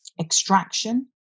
extraction